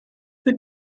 the